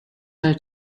her